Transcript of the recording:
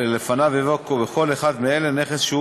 ולפניו יבוא: כל אחד מאלה: (א) נכס שהוא